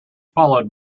followed